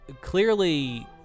clearly